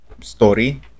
story